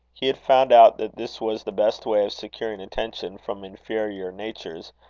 he had found out that this was the best way of securing attention from inferior natures,